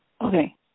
Okay